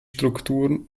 strukturen